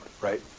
right